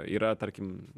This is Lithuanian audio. yra tarkim